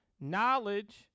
Knowledge